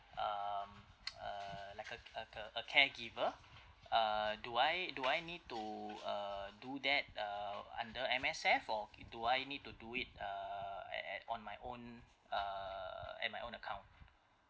um uh like a a a a caregiver uh do I do I need to uh do that uh under M_S_F or do I need to do it uh at at on my own uh at my own account